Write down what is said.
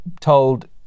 told